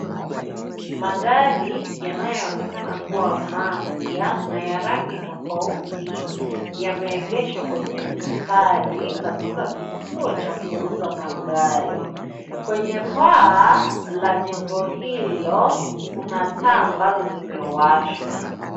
Magari yanayoonekana kuwa mapya na ya rangi tofauti yameegeshwa kwenye mstari katika kituo cha kuuza magari. Kwenye paa la jengo hilo kuna taa ambazo zimewashwa.